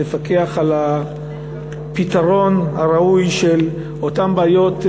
לפקח על הפתרון הראוי של אותן בעיות,